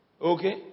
Okay